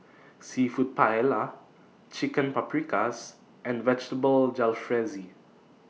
Seafood Paella Chicken Paprikas and Vegetable Jalfrezi